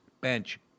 bench